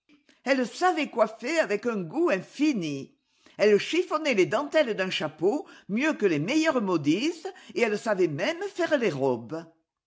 elle savait coiflper avec un goût infini elle chiffonnait les dentelles d'un chapeau mieux que les meilleures modistes et elle savait même faire les robes